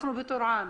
אנחנו בטורעאן.